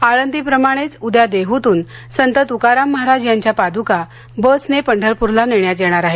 आळंदी प्रमाणेच उद्या देहूतून संत तुकाराम महाराज यांच्या पादुका बसने पंढरप्रला नेण्यात येणार आहेत